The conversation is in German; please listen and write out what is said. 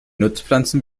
nutzpflanzen